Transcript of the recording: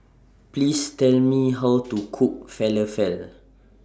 Please Tell Me How to Cook Falafel